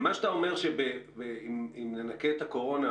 אתה אומר שאם ננכה את הקורונה,